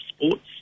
sports